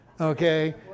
Okay